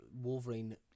Wolverine